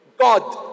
God